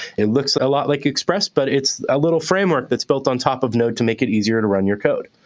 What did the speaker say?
it looks a lot like express. but it's a little framework that's built on top of node to make it easier to run your code.